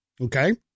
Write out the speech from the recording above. Okay